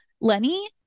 Lenny